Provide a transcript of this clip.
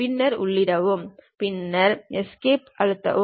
பின்னர் உள்ளிடவும் பின்னர் எஸ்கேப் அழுத்தவும்